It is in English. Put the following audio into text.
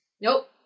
Nope